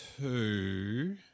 two